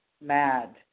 mad